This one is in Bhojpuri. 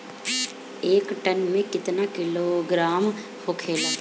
एक टन मे केतना किलोग्राम होखेला?